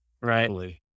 Right